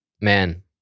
man